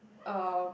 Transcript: um